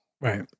Right